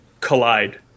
collide